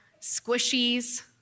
squishies